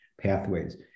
pathways